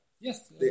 Yes